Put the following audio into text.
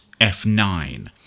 F9